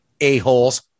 A-holes